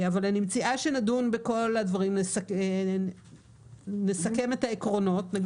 אני מציעה שנדון בכל הדברים, נסכם את העקרונות.